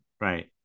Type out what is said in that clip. right